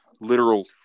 literal